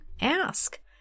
ask